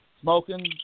smoking